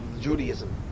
Judaism